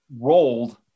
rolled